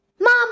Mom